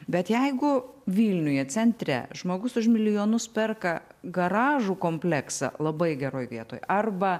bet jeigu vilniuje centre žmogus už milijonus perka garažų kompleksą labai geroj vietoj arba